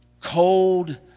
cold